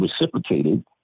reciprocated